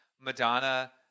Madonna